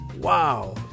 Wow